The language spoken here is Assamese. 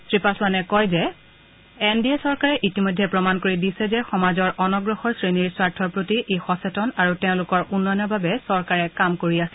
শ্ৰীপাছোৱানে কয় যে এন ডি এ চৰকাৰে ইতিমধ্যে প্ৰমাণ কৰি দিছে যে সমাজৰ অনগ্ৰসৰ শ্ৰেণী স্বাৰ্থৰ প্ৰতি ই সচেতন আৰু তেওঁলোকৰ উন্নয়নৰ বাবে চৰকাৰে কাম কৰি আছে